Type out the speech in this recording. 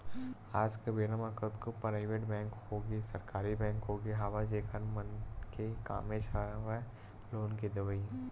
आज के बेरा म कतको पराइवेट बेंक होगे सरकारी बेंक होगे हवय जेखर मन के कामेच हवय लोन के देवई